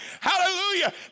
hallelujah